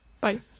Bye